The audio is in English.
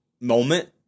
moment